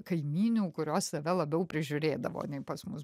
kaimynių kurios save labiau prižiūrėdavo nei pas mus